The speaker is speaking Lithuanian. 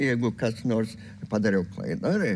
jeigu kas nors padariau klaidą ar